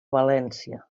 valència